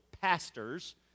pastors